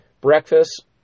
breakfast